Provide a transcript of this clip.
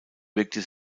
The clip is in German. wirkte